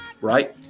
right